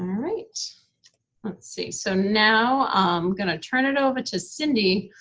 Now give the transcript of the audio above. right let's see. so, now i'm gonna turn it over to cindy,